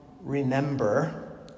remember